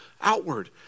outward